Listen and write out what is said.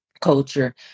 culture